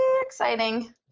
exciting